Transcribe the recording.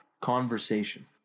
conversation